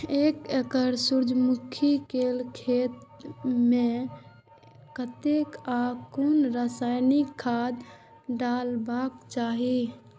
एक एकड़ सूर्यमुखी केय खेत मेय कतेक आ कुन रासायनिक खाद डलबाक चाहि?